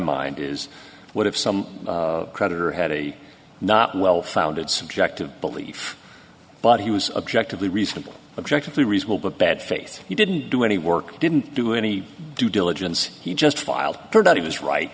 mind is what if some creditor had a not well founded subjective belief but he was objectively reasonable objection to reasonable but bad face he didn't do any work didn't do any due diligence he just filed turned out he was right